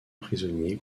prisonniers